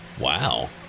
Wow